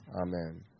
Amen